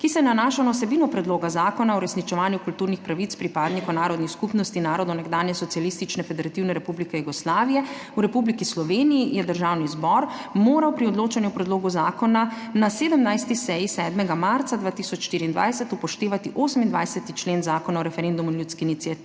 ki se nanaša na vsebino predloga zakona o uresničevanju kulturnih pravic pripadnikov narodnih skupnosti narodov nekdanje Socialistične federativne republike Jugoslavije v Republiki Sloveniji je Državni zbor moral pri odločanju o predlogu zakona na 17. seji 7. marca 2024 upoštevati 28. člen Zakona o referendumu in ljudski iniciativi,